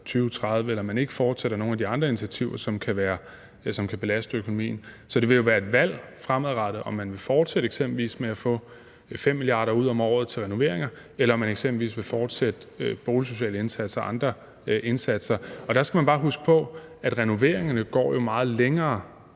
2030, eller man ikke fortsætter nogle af de andre initiativer, som kan belaste økonomien. Så det vil jo være et valg fremadrettet, om man vil fortsætte med eksempelvis at få 5 mia. kr. ud om året til renoveringer, eller om man eksempelvis vil fortsætte boligsociale indsatser og andre indsatser. Der skal man bare huske på, at renoveringerne jo går meget længere